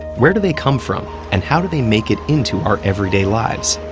where do they come from, and how do they make it into our everyday lives?